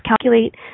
calculate